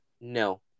No